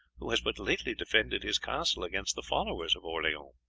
who has but lately defended his castle against the followers of orleans